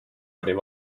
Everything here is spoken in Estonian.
parim